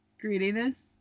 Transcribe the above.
Greediness